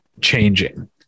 changing